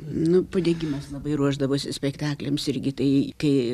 nu padegimas labai ruošdavosi spektakliams irgi tai kai